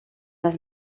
les